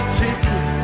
ticket